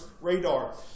radar